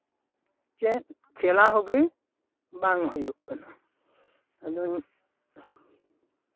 ᱪᱮᱫ ᱠᱷᱮᱞᱟ ᱦᱚᱸᱜᱮ ᱵᱟᱝ ᱦᱩᱭᱩᱜ ᱠᱟᱱᱟ ᱟᱫᱚᱧ